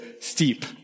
steep